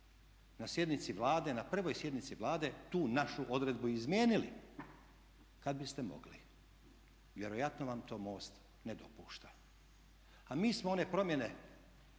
na sjednici Vlade, na prvoj sjednici Vlade tu našu odredbu izmijenili kad biste mogli. Vjerojatno vam to MOST ne dopušta, a mi smo one promjene